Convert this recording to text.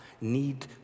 need